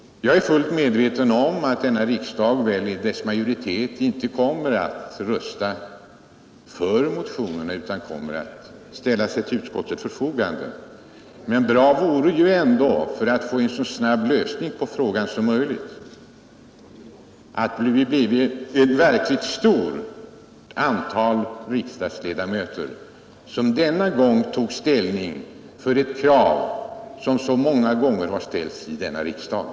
Jag är fullt medveten om att majoriteten i denna riksdag inte kommer att rösta för motionsyrkandena utan ställa sig till utskottets förfogande. Men för att få en så snabb lösning av frågan som möjligt vore det bra om det bleve ett verkligt stort antal riksdagsledamöter som denna gång tog ställning för ett krav som så många gånger ställts i riksdagen.